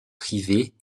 privés